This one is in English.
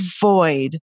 void